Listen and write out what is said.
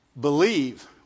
believe